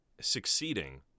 succeeding